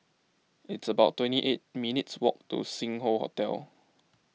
it's about twenty eight minutes' walk to Sing Hoe Hotel